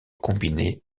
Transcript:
combinait